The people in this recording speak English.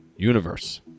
universe